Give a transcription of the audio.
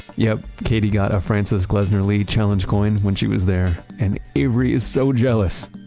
yep. katie got a frances glessner lee challenge coin when she was there and avery is so jealous.